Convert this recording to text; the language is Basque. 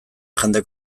jende